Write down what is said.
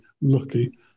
lucky